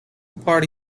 party